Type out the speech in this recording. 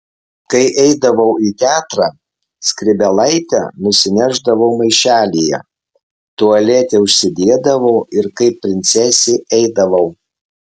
kai eidavau į teatrą skrybėlaitę nusinešdavau maišelyje tualete užsidėdavau ir kaip princesė eidavau